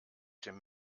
dem